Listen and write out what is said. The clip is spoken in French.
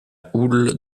houle